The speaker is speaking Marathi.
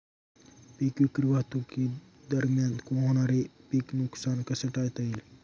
पीक विक्री वाहतुकीदरम्यान होणारे पीक नुकसान कसे टाळता येईल?